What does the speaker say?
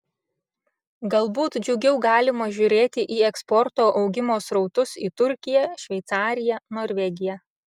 galbūt džiugiau galima žiūrėti į eksporto augimo srautus į turkiją šveicariją norvegiją